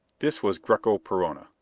this was greko perona.